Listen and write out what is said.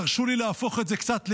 ותרשו לי להפוך את זה קצת לאישי.